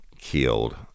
killed